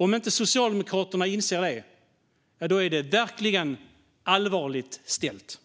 Om inte Socialdemokraterna inser det är det verkligen allvarligt ställt.